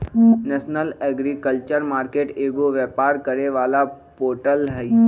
national agriculture market एगो व्यापार करे वाला पोर्टल हई